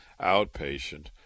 outpatient